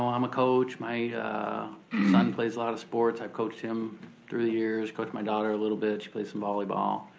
so i'm a coach, my son plays a lot of sports, i've coached him through the years, coached my daughter a little bit, she plays some volleyball.